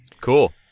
Cool